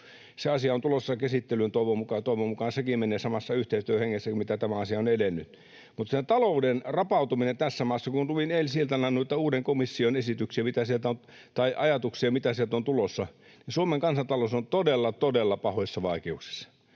Se asia on tulossa käsittelyyn. Toivon mukaan sekin menee samassa yhteistyöhengessä kuin missä tämä asia on edennyt. Mutta siitä talouden rapautumisesta tässä maassa. Kun luin eilisiltana uuden komission ajatuksia, mitä sieltä on tulossa, niin Suomen kansantalous on todella, todella pahoissa vaikeuksissa.